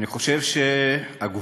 אני חושב שהגבורה,